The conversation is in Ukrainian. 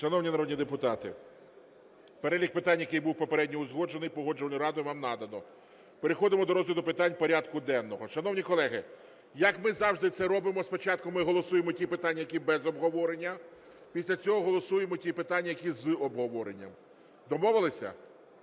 Шановні народні депутати, перелік питань, який був попередньо узгоджений Погоджувальною радою, вам надано. Переходимо до розгляду питань порядку денного. Шановні колеги, як ми завжди це робимо: спочатку ми голосуємо ті питання, які без обговорення, після цього голосуємо ті питання, які з обговоренням. Домовилися?